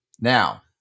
Now